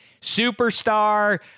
superstar